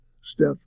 step